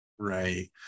Right